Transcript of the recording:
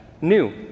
new